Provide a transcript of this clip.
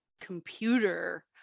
computer